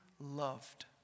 loved